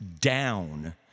down